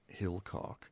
Hillcock